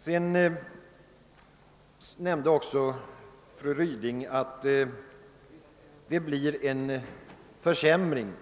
Fru Ryding nämnde att det blir en försämring